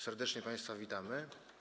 Serdecznie państwa witamy.